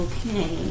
Okay